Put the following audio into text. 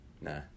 Nah